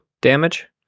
damage